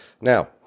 Now